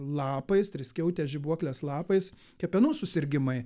lapais triskiautės žibuoklės lapais kepenų susirgimai